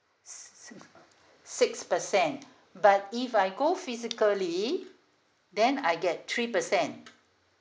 si~ six percent but if I go physically then I get three percent